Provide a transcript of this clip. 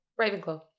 Ravenclaw